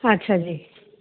ਅੱਛਾ ਜੀ